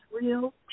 real